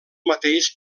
mateix